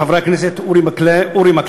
לחברי הכנסת אורי מקלב,